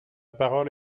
parole